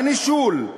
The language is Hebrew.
הנישול.